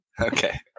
okay